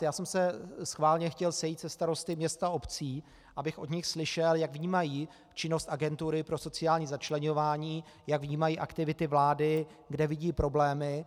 Já jsem se schválně chtěl sejít se starosty měst a obcí, abych od nich slyšel, jak vnímají činnost Agentury pro sociální začleňování, jak vnímají aktivity vlády, kde vidí problémy.